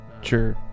Sure